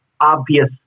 obvious